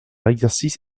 l’exercice